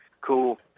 Cool